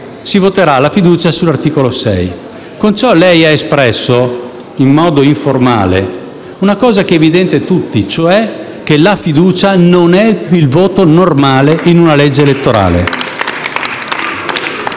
si voterà la fiducia sull'articolo 6. Con ciò lei ha espresso, in modo informale, un punto evidente a tutti: cioè che la fiducia non è il voto normale per una legge elettorale.